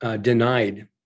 denied